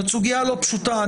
זאת סוגיה לא פשוטה,